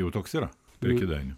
jau toks yra prie kėdainių